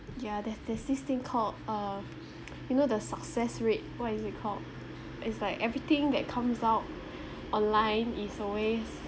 yeah there's there's this thing called uh you know the success rate what is it called it's like everything that comes out online is always